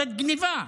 זו גנבה.